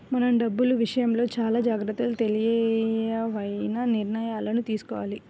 మనం డబ్బులు విషయంలో చానా జాగర్తగా తెలివైన నిర్ణయాలను తీసుకోవాలి